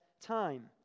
time